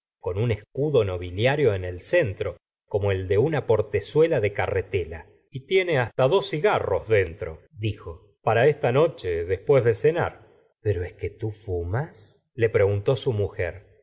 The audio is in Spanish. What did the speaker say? con un escudo nobiliario en el centro como el de una portezuela de carretela y tiene hasta dos cigarros dentrodijo para esta noche después de cenar pero es que tú fumas le preguntó su mujer